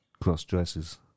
cross-dresses